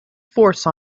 force